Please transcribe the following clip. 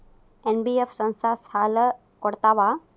NBF ಸಂಸ್ಥಾ ಸಾಲಾ ಕೊಡ್ತಾವಾ?